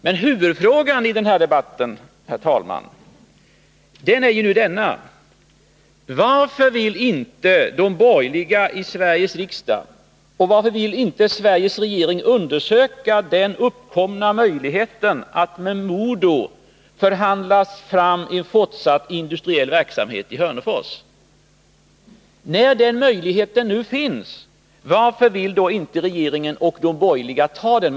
Men huvudfrågan i den här debatten, herr talman, är ju denna: Varför vill inte de borgerliga i Sveriges riksdag och inte heller Sveriges regering undersöka den uppkomna möjligheten att med MoDo förhandla fram en fortsatt industriell verksamhet i Hörnefors? När den möjligheten nu finns, varför vill då inte regeringen och de borgerliga utnyttja den?